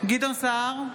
גדעון סער,